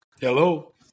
Hello